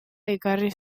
ekarri